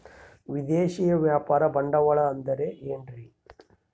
ವಿದೇಶಿಯ ವ್ಯಾಪಾರ ಬಂಡವಾಳ ಅಂದರೆ ಏನ್ರಿ?